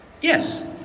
Yes